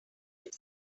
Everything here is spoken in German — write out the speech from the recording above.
mit